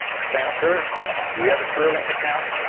spencer do you have a career link account?